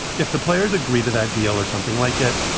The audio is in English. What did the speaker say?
if the players agree to that deal or something like it,